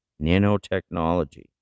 nanotechnology